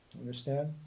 Understand